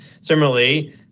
Similarly